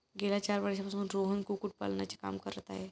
गेल्या चार वर्षांपासून रोहन कुक्कुटपालनाचे काम करत आहे